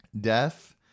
Death